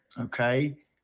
Okay